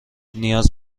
نیاز